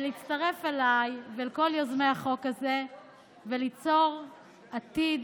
להצטרף אליי ולכל יוזמי החוק הזה וליצור עתיד